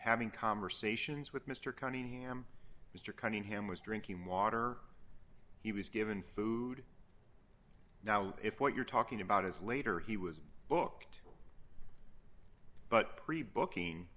having conversations with mr cunningham mr cunningham was drinking water he was given food now if what you're talking about is later he was booked but pre booking